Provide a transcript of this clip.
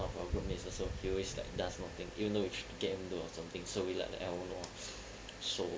our group mates also he always does nothing even though we get him to do on something so we let the L_O know lor so